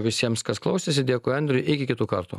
visiems kas klausėsi dėkui andriui iki kitų kartų